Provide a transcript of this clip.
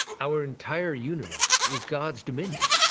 our entire universe is god's dominion.